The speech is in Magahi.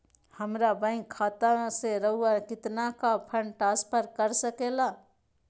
हमरा बैंक खाता से रहुआ कितना का फंड ट्रांसफर कर सके ला?